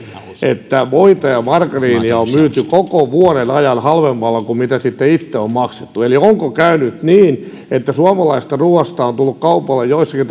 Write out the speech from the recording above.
että voita ja margariinia on myyty koko vuoden ajan halvemmalla kuin mitä siitä itse on maksettu eli onko käynyt niin että suomalaisesta ruuasta on tullut kaupalle joissakin